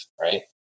Right